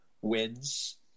wins